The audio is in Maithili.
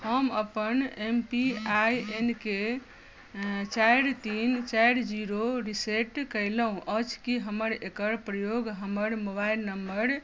हम अपन एम पी आइ एन के चारि तीन चारि जीरो रिसेट कयलहुँ अछि की हमर एकर प्रयोग हमर मोबाइल नंबर